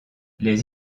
les